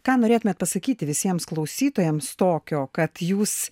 ką norėtumėt pasakyti visiems klausytojams tokio kad jūs